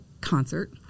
concert